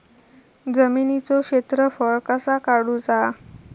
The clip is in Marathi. जमिनीचो क्षेत्रफळ कसा काढुचा?